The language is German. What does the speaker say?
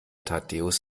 thaddäus